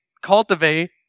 cultivate